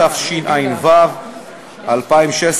התשע"ו 2016,